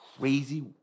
crazy